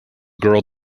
girl